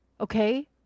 Okay